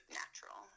natural